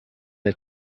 les